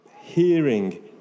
hearing